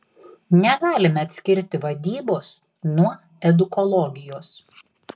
negalime atskirti vadybos nuo edukologijos